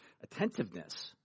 attentiveness